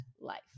Life